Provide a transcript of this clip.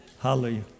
Hallelujah